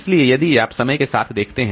इसलिए यदि आप समय के साथ देखते हैं